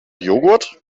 joghurt